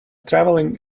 travelling